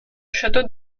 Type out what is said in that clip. château